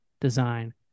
design